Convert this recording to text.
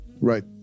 right